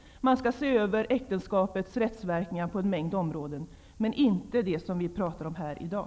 Äktenskapets rättsverkningar skall ses över på en mängd områden, men inte vad vi talar om här i dag.